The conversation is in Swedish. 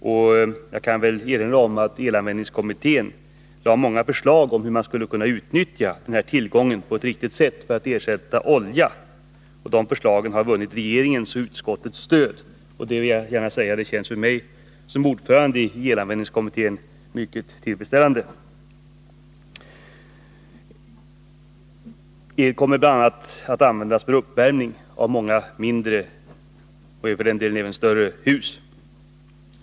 I sammanhanget kan jag erinra om att elanvändningskommittén lade fram många förslag om hur man skulle kunna utnyttja denna tillgång på ett riktigt sätt för att ersätta olja. De förslagen har vunnit regeringens och utskottets stöd, och jag vill gärna säga att detta känns mycket tillfredsställande för mig som ordförande i elanvändningskommittén. El kommer bl.a. att användas för uppvärmning av många mindre — och för den delen även större — hus.